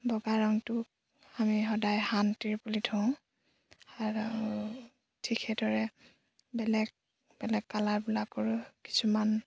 বগা ৰংটো আমি সদায় শান্তিৰ বুলি ধৰোঁ আৰু ঠিক সেইদৰে বেলেগ বেলেগ কালাৰবিলাকৰো কিছুমান